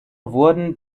wurden